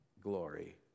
glory